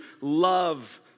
love